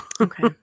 okay